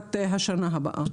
לקראת השנה הבאה.